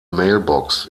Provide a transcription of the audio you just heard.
mailbox